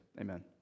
Amen